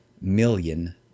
million